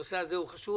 הנושא הזה חשוב,